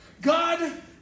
God